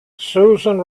susan